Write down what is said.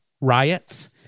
riots